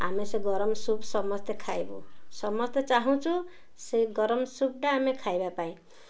ଆମେ ସେ ଗରମ ସୁପ୍ ସମସ୍ତେ ଖାଇବୁ ସମସ୍ତେ ଚାହୁଁଛୁ ସେ ଗରମ ସୁପ୍ଟା ଆମେ ଖାଇବା ପାଇଁ